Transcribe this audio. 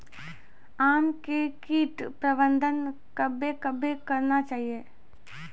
आम मे कीट प्रबंधन कबे कबे करना चाहिए?